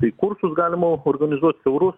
tai kursus galima organizuot siaurus